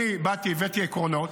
באתי, הבאתי עקרונות,